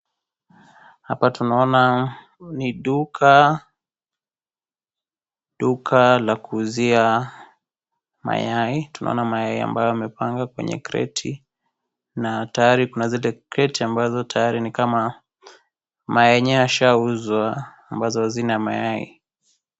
Hapa tunaona ni duka, duka la kuuzia mayai. Tunaona mayai ambayo yamepanga kwenye kreti, na tayari kuna zile kreti ambazo tayari ni kama mayai yenyewe yashauzwa ambazo hazina mayai.